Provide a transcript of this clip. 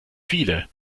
viele